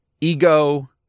ego